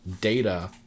data